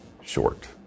short